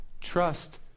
Trust